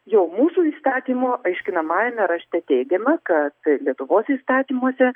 jau mūsų įstatymo aiškinamajame rašte teigiama kad lietuvos įstatymuose